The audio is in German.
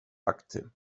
akte